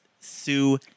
Sue